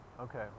okay